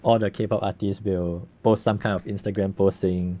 all the K pop artists will post some kind of instagram post saying